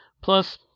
Plus